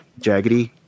jaggedy